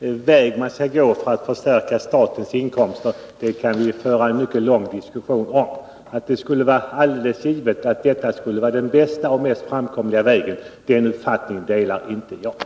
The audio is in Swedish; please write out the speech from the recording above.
Fru talman! Vilken väg man bör gå för att förstärka statskassan kan vi föra enlång debatt om. Att den väg som Anita Johansson förespråkar är den bästa och mest framkomliga är en uppfattning som jag inte delar.